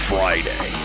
Friday